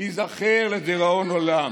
ייזכר לדיראון עולם.